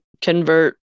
convert